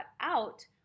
out